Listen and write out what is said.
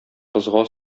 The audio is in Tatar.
кызга